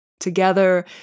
together